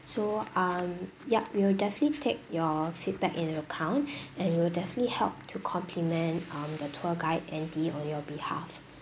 so um yup we'll definitely take your feedback into account and we'll definitely help to compliment um the tour guide andy on your behalf